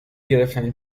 گرفتن